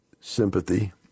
sympathy